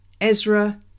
Ezra